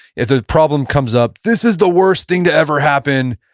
if a problem comes up, this is the worst thing to ever happen.